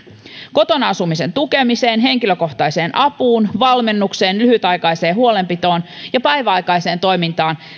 kotona asumisen tukemiseen henkilökohtaiseen apuun valmennukseen lyhytaikaiseen huolenpitoon ja päiväaikaiseen toimintaan